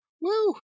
Woo